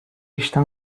está